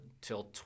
till